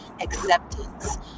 acceptance